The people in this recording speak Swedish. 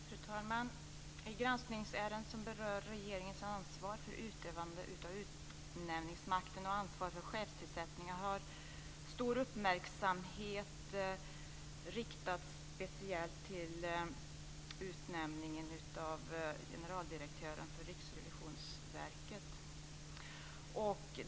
Fru talman! I granskningsärendet som berör regeringens ansvar för utövande av utnämningsmakten och ansvar för chefstillsättningar har stor uppmärksamhet riktats speciellt mot utnämningen av generaldirektören för Riksrevisionsverket.